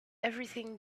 everything